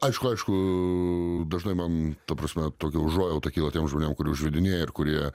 aišku aišku dažnai man ta prasme tokia užuojauta kyla tiem žmonėm kure užvedinėja ir kurie